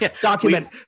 document